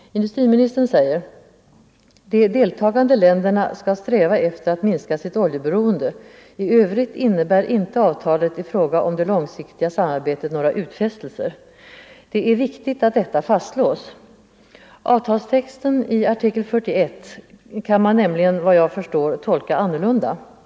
Industriministern säger: ”De deltagande länderna skall sträva efter att minska sitt oljeberoende. I övrigt innebär inte avtalet i fråga om det långsiktiga samarbetet några utfästelser.” Det är viktigt att detta fastslås. Avtalstexten i artikel 41 kan man nämligen vad jag förstår tolka annorlunda.